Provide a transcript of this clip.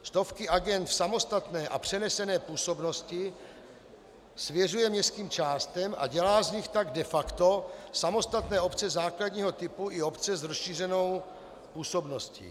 Stovky agend v samostatné a přenesené působnosti svěřuje městským částem a dělá z nich tak de facto samostatné obce základního typu i obce s rozšířenou působností.